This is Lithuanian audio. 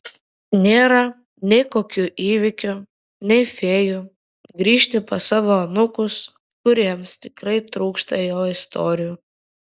nėra nei kokių įvykių nei fėjų grįžti pas savo anūkus kuriems tikrai trūksta jo istorijų